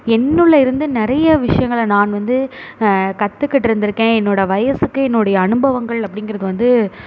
என்னுள்ளே இருந்து நிறைய விஷயங்கள நான் வந்து கற்றுக்கிட்டு இருந்திருக்கேன் என்னோடய வயதுக்கு என்னுடைய அனுபவங்கள் அப்படிங்கிறது வந்து